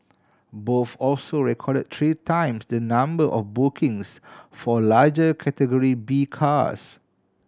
both also recorded three times the number of bookings for larger Category B cars